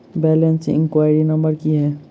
Balance enquiry number की है?